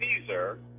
Caesar